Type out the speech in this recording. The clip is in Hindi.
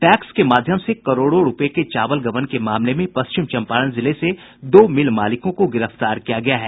पैक्स के माध्यम से करोड़ों रूपये के चावल गबन के मामले में पश्चिम चंपारण जिले से दो मिल मालिकों को गिरफ्तार किया गया है